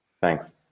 Thanks